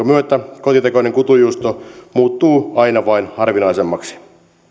myötä kotitekoinen kutunjuusto muuttuu aina vain harvinaisemmaksi